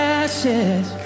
ashes